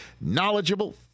knowledgeable